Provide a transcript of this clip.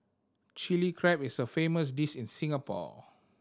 Chilli Crab is a famous dish in Singapore